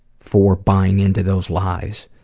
for buying into those lies.